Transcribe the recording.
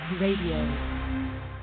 Radio